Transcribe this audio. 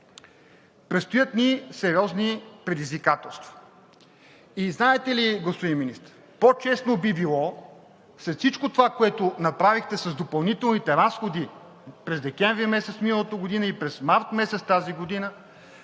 Предстоят ни сериозни предизвикателства. И знаете ли, господин Министър, по-честно би било след всичко това, което направихте с допълнителните разходи през месец декември миналата година и през месец март тази година,